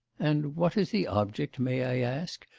and what is the object, may i ask,